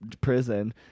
prison